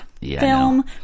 film